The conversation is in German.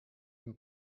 dem